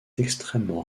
extrêmement